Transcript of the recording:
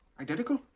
Identical